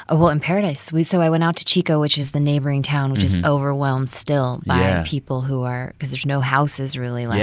ah well, in paradise. we so i went out to chico, which is the neighboring town, which is overwhelmed still. yeah. by people who are because there's no houses, really. like